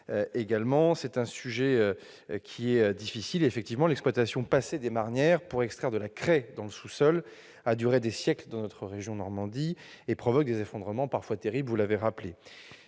dans mon département, l'Eure. L'exploitation passée des marnières, pour extraire de la craie dans le sous-sol, a duré des siècles dans notre région et provoque des effondrements, parfois terribles, vous l'avez rappelé.